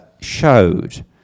showed